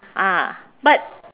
ah but